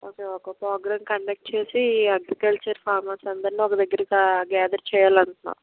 okay ఒక programme conduct చేసి agriculture farmers అందరినీ ఒక దగ్గరికి గ్యాదర్ చెయ్యాలి అంటున్నావు